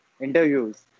Interviews